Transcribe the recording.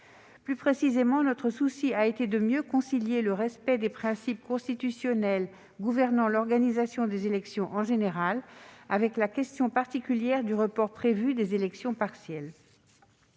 Plus précisément, notre souci a été de mieux concilier le respect des principes constitutionnels gouvernant l'organisation des élections en général avec la question particulière du report prévu des élections partielles.